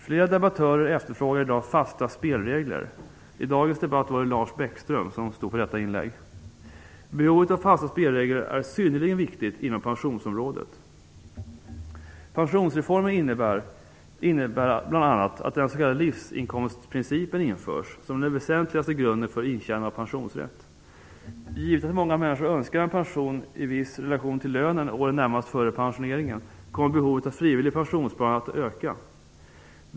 Flera debattörer efterfrågar i dag fasta spelregler. I dagens debatt var det Lars Bäckström som stod för detta inlägg. Fasta spelregler är synnerligen viktigt inom pensionsområdet. Pensionsreformen innebär bl.a. att den s.k. livsinkomstprincipen införs som den väsentligaste grunden för intjänande av pensionsrätt. Givet att många människor önskar en pension i viss relation till lönen åren närmast före pensioneringen kommer behovet av frivilligt pensionssparande att öka.